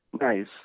nice